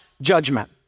judgment